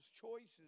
choices